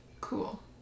cool